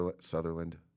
Sutherland